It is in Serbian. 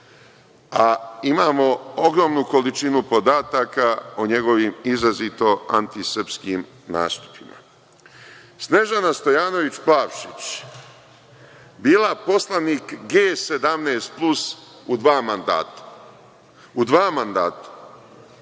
Imamo ogromnu količinu podataka o njegovim izrazito antisrpskim nastupima. Snežana Stojanović Plavšić, bila poslanik G17 plus u dva mandata. U dva mandata.